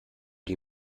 die